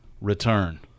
return